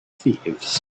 thieves